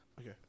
Okay